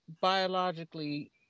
biologically